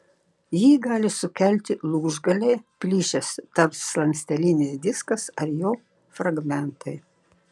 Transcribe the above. jį gali sukelti lūžgaliai plyšęs tarpslankstelinis diskas ar jo fragmentai